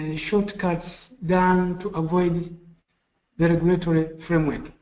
and shortcuts done to avoid the regulatory framework.